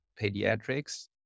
pediatrics